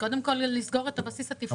קודם כל לסגור את הבסיס התפעולי.